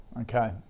Okay